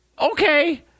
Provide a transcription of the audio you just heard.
okay